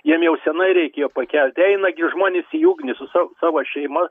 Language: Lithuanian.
jiem jau senai reikėjo pakelti eina gi žmonės į ugnį su savo šeima